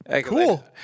Cool